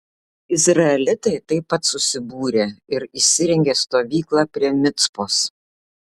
izraelitai taip pat susibūrė ir įsirengė stovyklą prie micpos